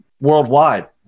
worldwide